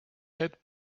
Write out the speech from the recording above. had